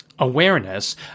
awareness